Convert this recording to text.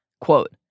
Quote